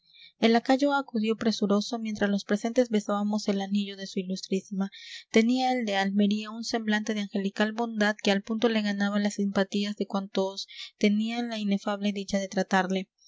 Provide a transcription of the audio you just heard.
sonrisita el lacayo acudió presuroso mientras los presentes besábamos el anillo a su ilustrísima tenía el de almería un semblante de angelical bondad que al punto le ganaba las simpatías de cuantos tenían la inefable dicha de tratarle